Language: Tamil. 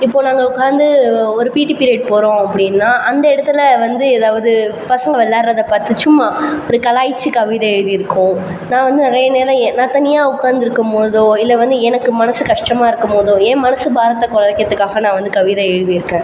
இப்போது நாங்கள் உட்காந்து ஒரு பிடி பீரியட் போகிறோம் அப்படினா அந்த இடத்துல வந்து ஏதாவது பசங்க விளாட்றத பார்த்து சும்மா ஒரு கலாய்ச்சி கவிதை எழுதியிருக்கோம் நான் வந்து நிறையா நேரம் நான் தனியாக உட்காந்துருக்கும் பொழுதோ இல்லை வந்து எனக்கு மனசு கஷ்டமாக இருக்கும் போதோ என் மனசு பாரத்தை குறைக்கறதுக்காக நான் வந்து கவிதை எழுதியிருக்கேன்